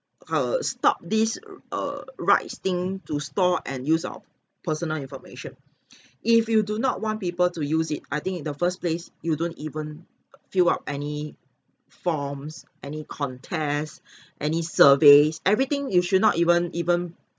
err stop this err rights thing to store and use our personal information if you do not want people to use it I think in the first place you don't even err fill up any forms any contest any surveys everything you should not even even